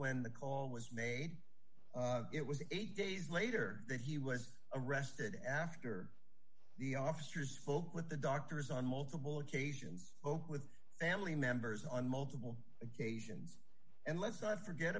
the call was made it was eight days later that he was arrested after the officers spoke with the doctors on multiple occasions with family members on multiple occasions and let's not forget